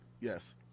Yes